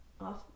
off